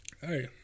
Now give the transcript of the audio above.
hey